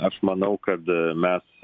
aš manau kad mes